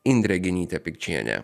indrė genytė pikčienė